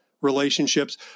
relationships